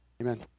Amen